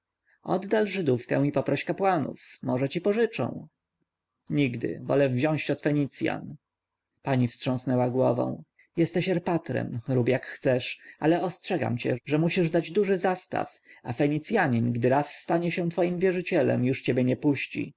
oddal żydówkę i poproś kapłanów może ci pożyczą nigdy wolę wziąć od fenicjan pani wstrząsnęła głową jesteś erpatrem rób jak chcesz ale ostrzegam cię że musisz dać duży zastaw a fenicjanin gdy raz stanie się twoim wierzycielem już ciebie nie puści